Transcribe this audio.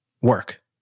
work